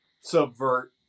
subvert